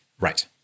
right